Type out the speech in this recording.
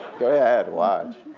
go ahead, watch.